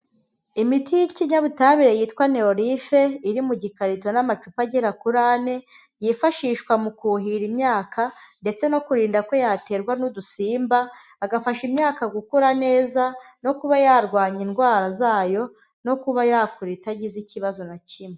Imiti y'ikinyabutabire yitwa neolife, iri mu gikarito n'amacupa agera kuri ane, yifashishwa mu kuhira imyaka ndetse no kurinda ko yaterwa n'udusimba, agafasha imyaka gukura neza, no kuba yarwanya indwara zayo, no kuba yakura itagize ikibazo na kimwe.